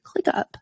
ClickUp